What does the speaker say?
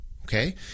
Okay